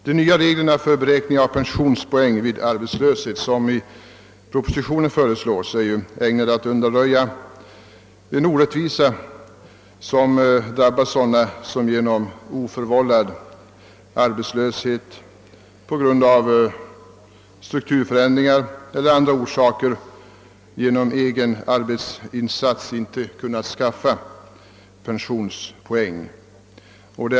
De nya reglerna för beräkning av pensionspoäng vid arbetslöshet, som föreslås i propositionen, är ägnade att undanröja den orättvisa, som drabbar sådana som på grund av oförvållad arbetslöshet — genom strukturrationaliseringar eller av andra orsaker — inte genom egen arbetsinsats kunnat skaffa pensionspoäng.